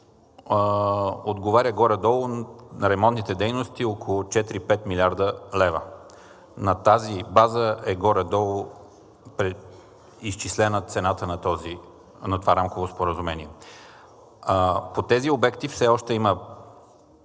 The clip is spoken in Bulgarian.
отговаря горе-долу на ремонтните дейности – около 4 – 5 млрд. лв. На тази база е горе-долу изчислена цената на това рамково споразумение. По тези обекти все още има